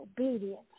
Obedience